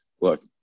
look